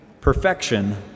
Perfection